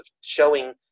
showing